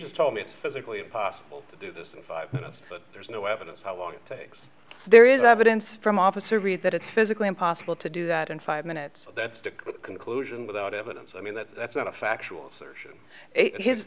just told me it's physically impossible to do this in five minutes but there's no evidence how long it takes there is evidence from officer read that it's physically impossible to do that in five minutes that conclusion without evidence i mean that's that's not a factual